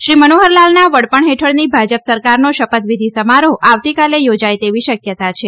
શ્રી મનોહરલાલના વડપણ હેઠળની ભાજપ સરકારનો શપથવિધિ સમારોહ આવતીકાલે યોજાય તેવી શક્યતા છે